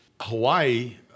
Hawaii